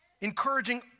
encouraging